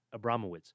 Abramowitz